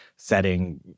setting